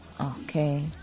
Okay